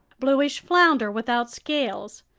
bluish flounder without scales,